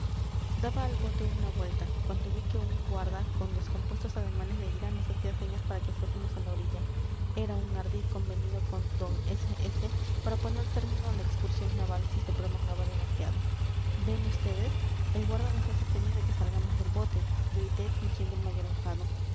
daba el bote una vuelta cuando vi que un guarda con descompuestos ademanes de ira nos hacía señas para que fuésemos a la orilla era un ardid convenido con d s s para poner término a la excursión naval si se prolongaba demasiado ven vds el guarda nos hace señas de que salgamos del bote grité fingiendo el mayor enfado